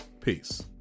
Peace